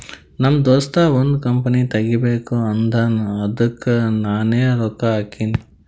ನಮ್ ದೋಸ್ತ ಒಂದ್ ಕಂಪನಿ ತೆಗಿಬೇಕ್ ಅಂದಾನ್ ಅದ್ದುಕ್ ನಾನೇ ರೊಕ್ಕಾ ಹಾಕಿನಿ